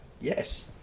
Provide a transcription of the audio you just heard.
Yes